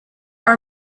are